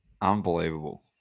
Unbelievable